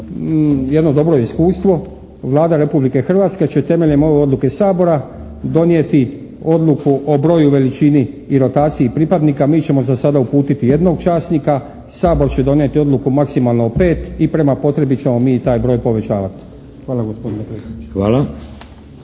jedno dobro iskustvo. Vlada Republike Hrvatske će temeljem ove odluke Sabora donijeti odluku o broju, veličini i rotaciji pripadnika. Mi ćemo za sada uputiti jednog časnika, Sabor će donijeti odluku o maksimalno pet i prema potrebi ćemo mi taj broj povećavati. Hvala gospodine